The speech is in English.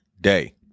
day